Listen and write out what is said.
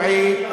רועי,